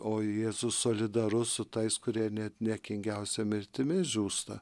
o jėzus solidarus su tais kurie net niekingiausia mirtimi žūsta